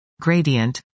gradient